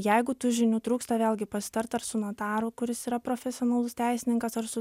jeigu tų žinių trūksta vėlgi pasitart ar su notaru kuris yra profesionalus teisininkas ar su